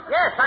Yes